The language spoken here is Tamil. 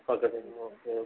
பக்கத்துலேயே ஓகே ஓகே